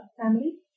family